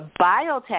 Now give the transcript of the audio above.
biotech